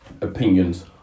opinions